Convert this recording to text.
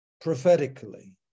prophetically